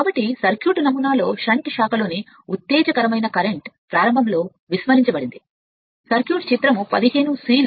కాబట్టి పోల్చిచూస్తేమాదిరినమూనా సర్క్యూట్ యొక్క షంట్ శాఖ లోని ఉత్తేజకరమైన కరెంట్ను సర్క్యూట్ను చిత్రం 15 సికి తగ్గించడం